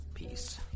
Peace